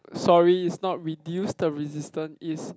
sorry is not reduce the resistant is